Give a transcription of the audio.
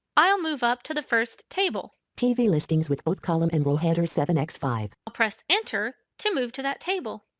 i'll move up to the first table. tv listings with both column and row headers seven x five. i'll press enter to move to that table.